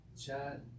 Chat